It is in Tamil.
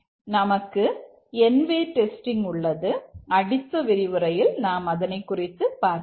நமக்கு n வே டெஸ்டிங் எடுத்துக்காட்டு பார்க்கலாம்